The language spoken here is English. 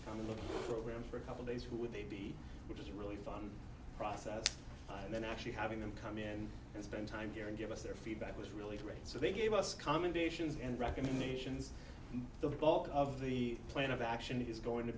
the program for a couple days who would they be which is really fun process and then actually having them come in and spend time here and give us their feedback was really great so they gave us commendations and recommendations the bulk of the plan of action is going to